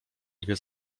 dwie